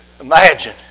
Imagine